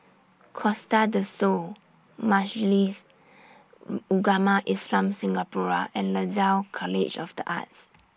Costa Del Sol Majlis Ugama Islam Singapura and Lasalle College of The Arts